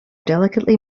delicately